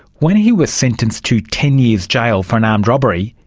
when he was sentenced to ten years jail for an armed robbery,